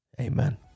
Amen